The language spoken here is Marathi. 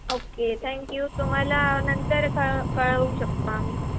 ओके थँक्यू तुम्हाला नंतर कळ कळवू शकतो आम्ही